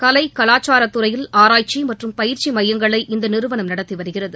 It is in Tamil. கலை கலாச்சாரத்துறையில் ஆராய்ச்சி மற்றும் பயிற்சி மையங்களை இந்த நிறுவனம் நடத்தி வருகிறது